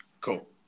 Cool